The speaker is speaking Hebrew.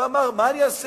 ואמר: מה אני אעשה?